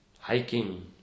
Hiking